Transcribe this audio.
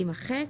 תימחק,